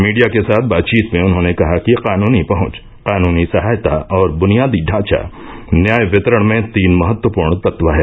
media के साथ बातचीत में उन्होंने कहा कि कानूनी पहुंच कानूनी सहायता और बुनियादी ढांचा न्याय वितरण में तीन महत्वपूर्ण तत्व हैं